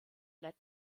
let